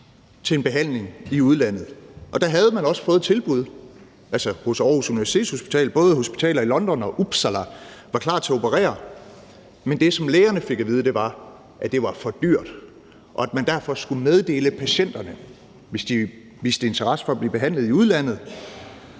til en behandling i udlandet. Og der havde man også fået tilbud, altså hos Aarhus Universitetshospital. Både hospitaler i London og Uppsala var klar til at operere. Men det, som lægerne fik at vide, var, at det var for dyrt, og at man derfor skulle meddele patienterne, hvis de viste interesse for at blive behandlet i udlandet,